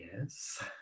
yes